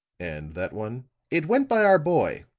and that one it went by our boy.